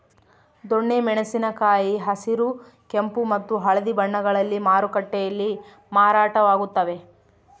ದೊಣ್ಣೆ ಮೆಣಸಿನ ಕಾಯಿ ಹಸಿರು ಕೆಂಪು ಮತ್ತು ಹಳದಿ ಬಣ್ಣಗಳಲ್ಲಿ ಮಾರುಕಟ್ಟೆಯಲ್ಲಿ ಮಾರಾಟವಾಗುತ್ತವೆ